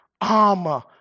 armor